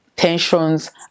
Tensions